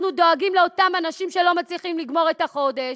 אנחנו דואגים לאותם אנשים שלא מצליחים לגמור את החודש,